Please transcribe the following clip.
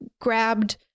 grabbed